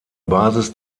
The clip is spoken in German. basis